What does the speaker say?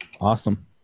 Awesome